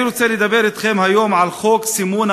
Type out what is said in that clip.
אני רוצה לדבר אתכם היום על חוק סימון